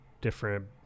different